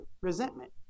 resentment